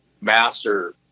master